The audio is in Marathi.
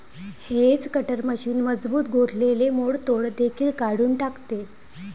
हेज कटर मशीन मजबूत गोठलेले मोडतोड देखील काढून टाकते